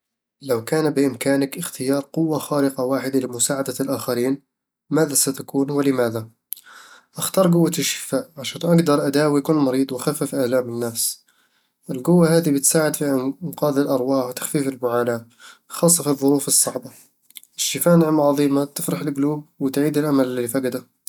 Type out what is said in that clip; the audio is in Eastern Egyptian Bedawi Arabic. لو كان بإمكانك اختيار قوة خارقة واحدة لمساعدة الآخرين، ماذا ستكون، ولماذا؟ أختار قوة الشفاء، عشان أقدر أداوي كل مريض وأخفف آلام الناس القوة هذي بتساعد في إنقاذ الأرواح وتخفيف المعاناة، خاصة في الظروف الصعبة الشفاء نعمة عظيمة تفرح القلوب وتعيد الأمل للي فقده